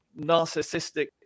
narcissistic